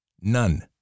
none